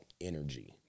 energy